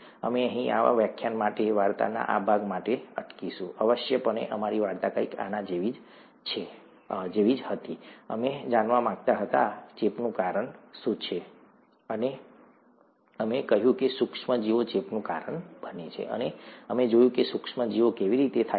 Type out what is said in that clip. અમે અહીં આ વ્યાખ્યાન માટે વાર્તાના આ ભાગ માટે અટકીશું આવશ્યકપણે અમારી વાર્તા કંઈક આના જેવી હતી અમે જાણવા માગતા હતા ચેપનું કારણ શું છે અને અમે કહ્યું કે સૂક્ષ્મ જીવો ચેપનું કારણ બને છે અને અમે જોયું કે સૂક્ષ્મ જીવો કેવી રીતે થાય છે